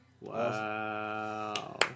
Wow